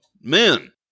men